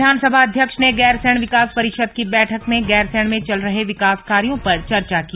विधानसभा अध्यक्ष ने गैरसैंण विकास परिषद की बैठक में गैरसैंण में चल रहे विकास कार्यों पर चर्चा की